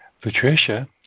Patricia